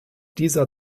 dieser